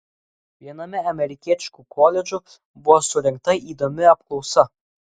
viename amerikietiškų koledžų buvo surengta įdomi apklausa